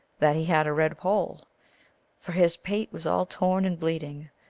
that he had a red poll for his pate was all torn and bleeding,